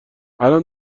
الان